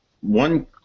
one